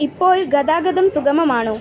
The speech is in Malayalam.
ഇപ്പോൾ ഗതാഗതം സുഗമമാണോ